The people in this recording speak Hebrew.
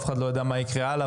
אף אחד לא יודע מה יקרה הלאה,